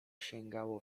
sięgało